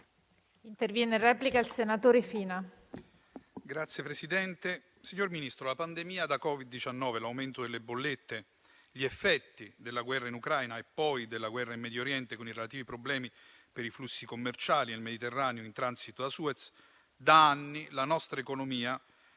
Signor Ministro, tra la pandemia da Covid-19, l'aumento delle bollette, gli effetti della guerra in Ucraina e poi della guerra in Medio Oriente, con i relativi problemi per i flussi commerciali nel Mediterraneo in transito da Suez, da anni la nostra economia